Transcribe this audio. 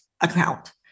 account